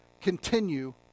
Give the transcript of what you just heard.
continue